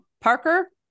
parker